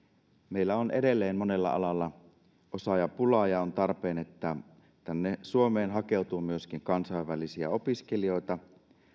meillä on edelleen monella alalla osaajapulaa ja on tarpeen että tänne suomeen hakeutuu myöskin kansainvälisiä opiskelijoita